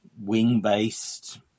wing-based